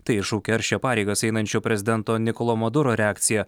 tai iššaukė aršią pareigas einančio prezidento nikolo maduro reakciją